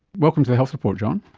welcome to the health report john.